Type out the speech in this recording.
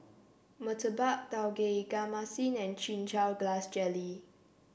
Murtabak Tauge Ikan Masin and Chin Chow Grass Jelly